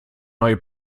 neue